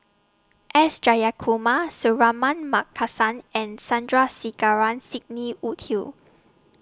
S Jayakumar Suratman Markasan and Sandrasegaran Sidney Woodhull